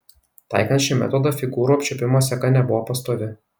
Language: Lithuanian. taikant šį metodą figūrų apčiuopimo seka nebuvo pastovi